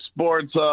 Sports